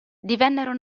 divennero